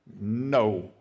no